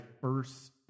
first